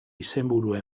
izenburua